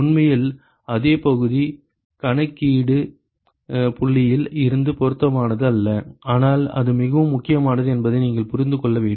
உண்மையில் அதே பகுதி கணக்கீட்டு புள்ளியில் இருந்து பொருத்தமானது அல்ல ஆனால் அது மிகவும் முக்கியமானது என்பதை நீங்கள் புரிந்து கொள்ள வேண்டும்